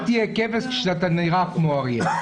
אל תהיה כבש כשאתה נראה כמו אריה.